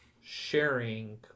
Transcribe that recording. sharing